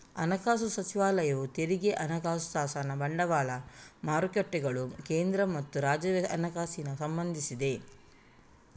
ಹಣಕಾಸು ಸಚಿವಾಲಯವು ತೆರಿಗೆ, ಹಣಕಾಸು ಶಾಸನ, ಬಂಡವಾಳ ಮಾರುಕಟ್ಟೆಗಳು, ಕೇಂದ್ರ ಮತ್ತು ರಾಜ್ಯ ಹಣಕಾಸಿಗೆ ಸಂಬಂಧಿಸಿದೆ